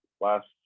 last